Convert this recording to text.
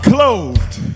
Clothed